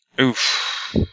Oof